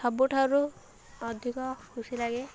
ସବୁଠାରୁ ଅଧିକ ଖୁସି ଲାଗେ